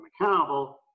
accountable